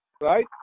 Right